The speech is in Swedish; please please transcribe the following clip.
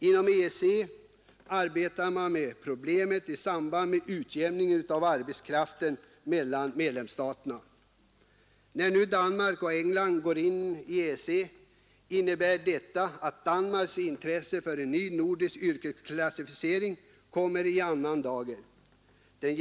Inom EEC arbetar man med problemet i samband med utjämningen av arbetskraften mellan medlemsstaterna. När nu Danmark och England går med i EEC innebär detta att Danmarks intresse för en ny nordisk yrkesklassificering kommer i en annan dager.